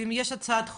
אם יש הצעת חוק,